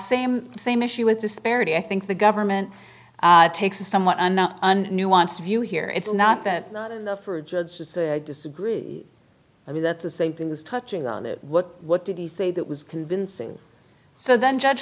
same same issue with disparity i think the government takes a somewhat nuanced view here it's not that not enough for a judge to disagree i mean that's the same thing as touching on the what what did he say that was convincing so then judge